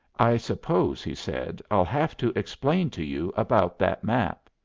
i suppose, he said, i'll have to explain to you about that map.